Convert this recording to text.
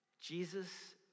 Jesus